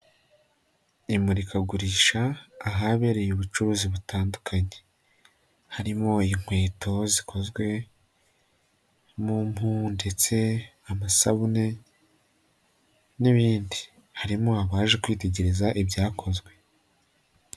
Imurikagurisha ahabereye ubucuruzi butandukanye. Harimo inkweto zikozwe mu mpu ndetse amasabune n'ibindi, harimo abaje kwitegereza ibyakozwe.